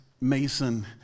Mason